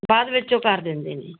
ਬਾਅਦ ਵਿੱਚ ਉਹ ਕਰ ਦਿੰਦੇ ਨੇ